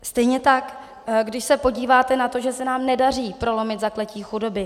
Stejně tak když se podíváte na to, že se nám nedaří prolomit zakletí chudoby.